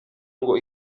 ngo